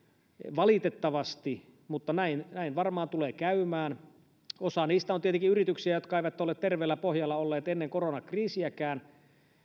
valitettavasti mutta näin näin varmaan tulee käymään osa niistä on tietenkin yrityksiä jotka eivät ole olleet terveellä pohjalla ennen koronakriisiäkään